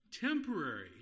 temporary